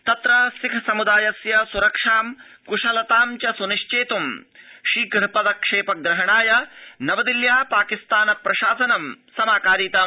तत्र सिखसमुदायस्य सुरक्षा कुशलता च सुनिश्चेतु शीघ्र पदक्षेपाय नवदिल्ल्यां पाकिस्तान प्रशासन् समाकारितम्